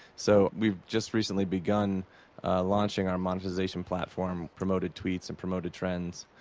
so we've just recently begun launching our monetizing platform promoted tweets and promoted trends,